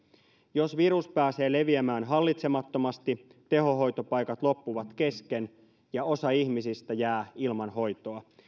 jos virus pääsee leviämään hallitsemattomasti tehohoitopaikat loppuvat kesken ja osa ihmisistä jää ilman hoitoa